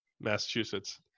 Massachusetts